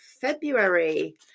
february